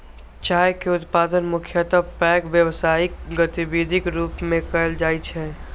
चाय के उत्पादन मुख्यतः पैघ व्यावसायिक गतिविधिक रूप मे कैल जाइ छै